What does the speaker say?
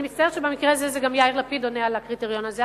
אני מצטערת שבמקרה הזה גם יאיר לפיד עונה על הקריטריון הזה,